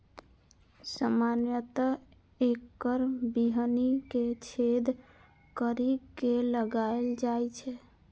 सामान्यतः एकर बीहनि कें छेद करि के लगाएल जाइ छै